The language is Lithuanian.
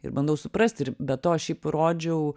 ir bandau suprasti ir be to jį parodžiau